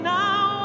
now